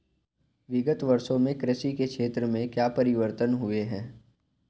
विगत वर्षों में कृषि के क्षेत्र में क्या परिवर्तन हुए हैं?